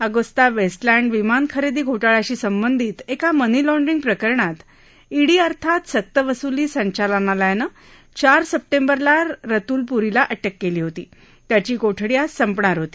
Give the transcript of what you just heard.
Agusta Westland विमान खरेदी घोटाळ्याशी संबंधित एका मनी लॉण्डरिंग प्रकरणात ईडी अर्थात सक्तवसुली संचालनालयानं चार स्पटेंबरला रतुल पुरीला अटक केली होती त्याची कोठडी आज संपणार होती